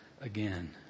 again